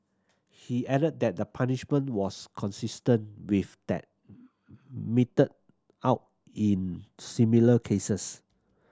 he added that the punishment was consistent with that meted out in similar cases